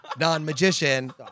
non-magician